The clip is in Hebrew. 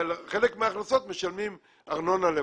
על חלק מההכנסות משלמים ארנונה למשל.